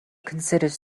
considers